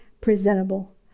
presentable